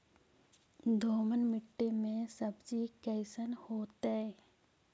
दोमट मट्टी में सब्जी कैसन होतै?